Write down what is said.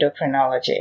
endocrinology